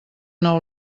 nou